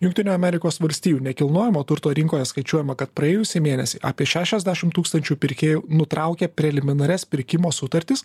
jungtinių amerikos valstijų nekilnojamo turto rinkoje skaičiuojama kad praėjusį mėnesį apie šešiasdešim tūkstančių pirkėjų nutraukia preliminarias pirkimo sutartis